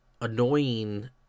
annoying